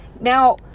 now